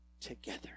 together